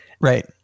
right